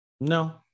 No